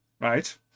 Right